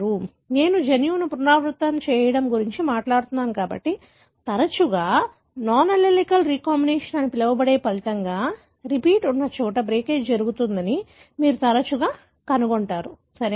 కాబట్టి నేను జన్యువును పునరావృతం చేయడం గురించి మాట్లాడుతున్నాను కాబట్టి తరచుగా నాన్ అల్లెలిక్ రీకంబినేషన్ అని పిలవబడే ఫలితంగా రిపీట్స్ ఉన్న చోట బ్రేకేజ్ జరుగుతుందని మీరు తరచుగా కనుగొంటారు సరియైనదా